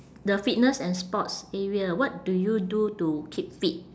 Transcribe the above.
the fitness and sports area what do you do to keep fit